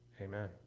amen